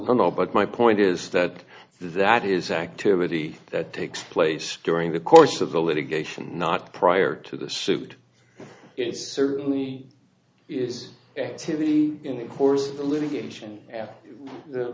the no but my point is that that is activity that takes place during the course of the litigation not prior to the suit it certainly is actively in the course of the litigation